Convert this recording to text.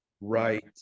Right